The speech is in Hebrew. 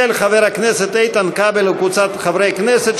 של חבר הכנסת איתן כבל וקבוצת חברי כנסת,